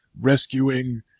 rescuing